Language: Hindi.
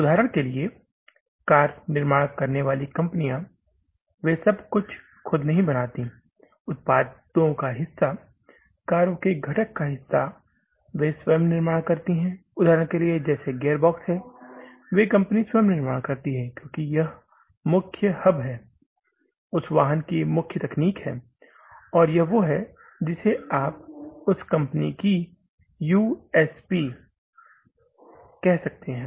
उदाहरण के लिए कार निर्माण करने वाली कंपनियां वे सब कुछ खुद नहीं बनाती हैं उत्पादों का हिस्सा कारों के घटक का हिस्सा वे स्वयं निर्माण करती हैं उदाहरण के लिए जैसे गियरबॉक्स है वे कंपनी स्वयं निर्माण करती हैं क्योंकि यह मुख्य हब है उस वाहन की मुख्य तकनीक है और यह वो है जिसे आप इसे उस कंपनी की यूएसपी कह सकते हैं